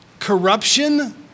corruption